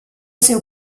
seu